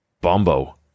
Bombo